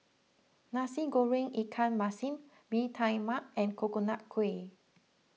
Nasi Goreng Ikan Masin Bee Tai Mak and Coconut Kuih